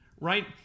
right